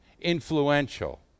influential